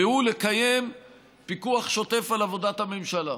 והוא לקיים פיקוח שוטף על עבודת הממשלה,